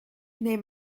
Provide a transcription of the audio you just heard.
neem